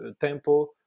tempo